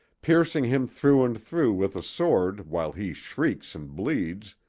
piercing him through and through with a sword while he shrieks and bleeds,